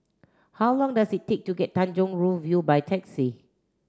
how long does it take to get Tanjong Rhu View by taxi